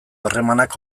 harremanak